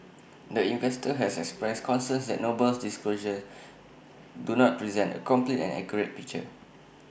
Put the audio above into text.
the investor has expressed concerns that Noble's disclosures do not present A complete and accurate picture